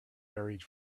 buried